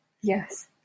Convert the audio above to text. Yes